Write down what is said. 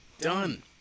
Done